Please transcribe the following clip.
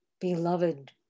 beloved